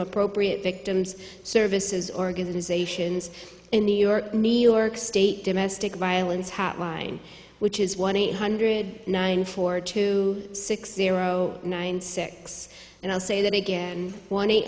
appropriate victims services organizations in new york new york state domestic violence hotline which is one eight hundred nine four two six zero nine six and i'll say that again one eight